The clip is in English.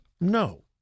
No